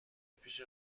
پیش